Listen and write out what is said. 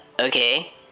Okay